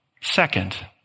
Second